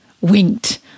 winked